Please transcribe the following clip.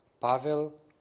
Pavel